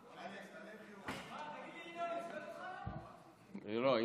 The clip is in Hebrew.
ינון, לא.